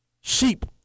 sheep